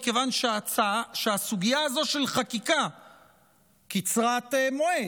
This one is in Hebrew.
מכיוון שהסוגיה הזו של חקיקה קצרת מועד,